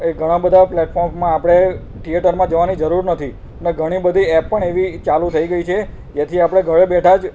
એ ઘણાં બધાં પ્લેટફોર્મમાં આપણે થિએટરમાં જવાની જરૂર નથી ને ઘણી બધી એપ પણ એવી ચાલુ થઈ ગઈ છે જેથી આપણે ઘરે બેઠાં જ